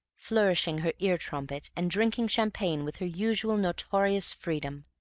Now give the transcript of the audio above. flourishing her ear-trumpet, and drinking champagne with her usual notorious freedom,